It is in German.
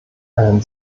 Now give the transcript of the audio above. einen